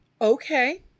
okay